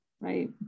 Right